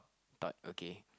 but okay